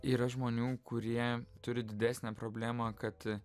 yra žmonių kurie turi didesnę problemą kad